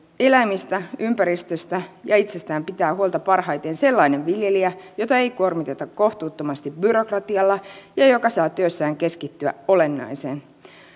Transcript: eläimistä ympäristöstä ja itsestään pitää huolta parhaiten sellainen viljelijä jota ei kuormiteta kohtuuttomasti byrokratialla ja joka saa työssään keskittyä olennaiseen